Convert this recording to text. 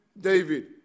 David